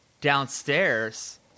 downstairs